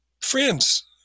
friends